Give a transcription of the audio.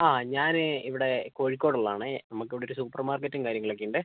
ആ ഞാൻ ഇവിടെ കോഴിക്കോട് ഉള്ളതാണേ നമുക്ക് ഇവിടെ ഒരു സൂപ്പർ മാർക്കറ്റും കാര്യങ്ങൾ ഒക്കെ ഉണ്ടേ